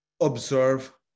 observe